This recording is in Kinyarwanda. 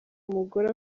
umugore